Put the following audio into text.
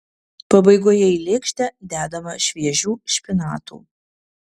pabaigoje į lėkštę dedama šviežių špinatų